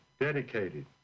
dedicated